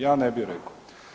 Ja ne bih rekao.